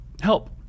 help